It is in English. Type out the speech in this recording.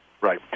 right